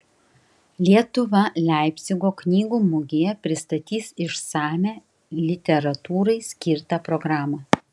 lietuva leipcigo knygų mugėje pristatys išsamią literatūrai skirtą programą